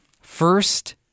first